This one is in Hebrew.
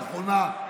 נכונה,